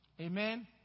Amen